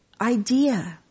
idea